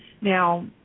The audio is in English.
Now